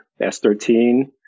s13